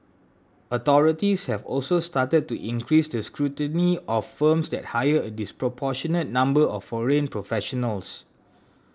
authorities have also started to increase the scrutiny of firms that hire a disproportionate number of foreign professionals